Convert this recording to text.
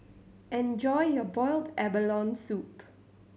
enjoy your boiled abalone soup